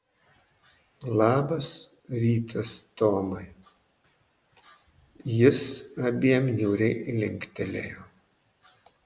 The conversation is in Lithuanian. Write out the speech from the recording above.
labas rytas tomai jis abiem niūriai linktelėjo